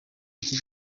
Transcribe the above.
iki